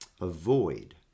Avoid